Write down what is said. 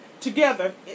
together